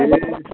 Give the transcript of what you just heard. ए